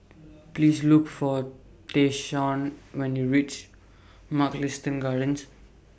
Please Look For Tayshaun when YOU REACH Mugliston Gardens